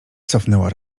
cofnęła